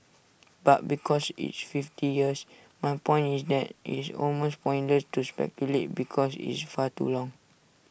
but because it's fifty years my point is that IT is almost pointless to speculate because it's far too long